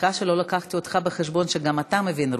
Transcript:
סליחה שלא הבאתי אותך בחשבון, גם אתה מבין רוסית.